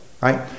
Right